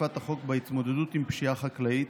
אכיפת החוק בהתמודדות עם פשיעה חקלאית,